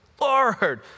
Lord